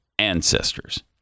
ancestors